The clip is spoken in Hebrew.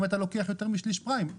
אם אתה לוקח יותר משליש פריים.